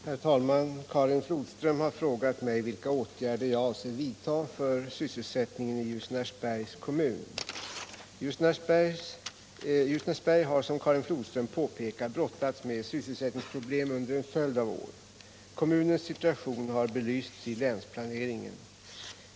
Herr talman! Karin Flodström har frågat mig vilka åtgärder jag avser vidta för sysselsättningen i Ljusnarsbergs kommun. Ljusnarsberg har som Karin Flodström påpekar brottats med sysselsättningsproblem under en följd av år. Kommunens situation har belysts i länsplaneringen.